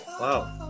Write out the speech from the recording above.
Wow